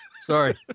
Sorry